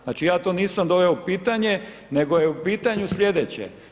Znači ja to nisam doveo u pitanje nego je u pitanju slijedeće.